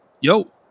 yo